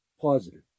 positive